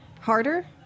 Harder